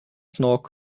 knock